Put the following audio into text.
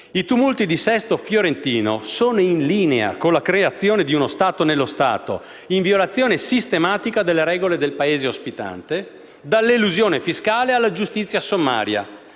I tumulti di Sesto Fiorentino sono in linea con la creazione di uno Stato nello Stato, in violazione sistematica delle regole del Paese ospitante: dall'elusione fiscale alla giustizia sommaria.